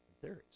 theories